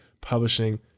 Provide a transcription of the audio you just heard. publishing